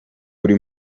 buri